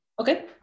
Okay